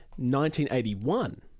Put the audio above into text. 1981